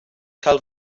cael